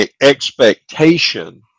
expectation